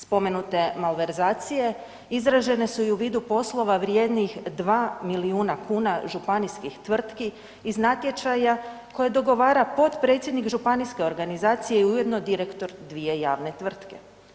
Spomenute malverzacije izražene su i u vidu poslova vrijednih 2 milijuna kuna županijskih tvrtki iz natječaja koji dogovora potpredsjednik županijske organizacije i ujedno direktor dvije javne tvrtke.